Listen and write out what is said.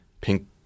pink